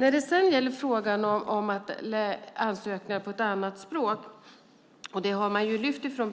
När det sedan gäller frågan om ansökningar på ett annat språk har PRV lyft fram